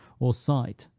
or sight,